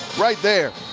right there.